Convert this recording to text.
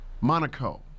Monaco